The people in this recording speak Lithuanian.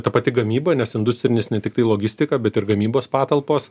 ta pati gamyba nes industrinis ne tiktai logistika bet ir gamybos patalpos